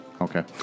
Okay